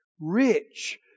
rich